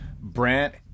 Brant